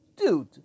Dude